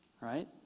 right